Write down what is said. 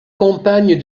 compagne